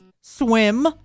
swim